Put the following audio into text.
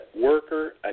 worker